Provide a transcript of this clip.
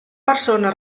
persona